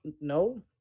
no